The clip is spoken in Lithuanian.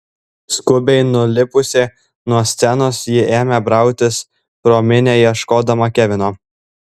skubiai nulipusi nuo scenos ji ėmė brautis pro minią ieškodama kevino